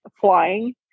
flying